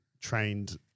trained